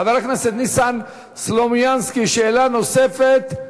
חבר הכנסת ניסן סלומינסקי, שאלה נוספת,